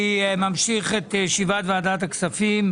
אני ממשיך את ישיבת ועדת הכספים.